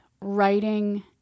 writing